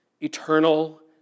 eternal